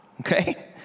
Okay